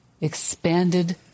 expanded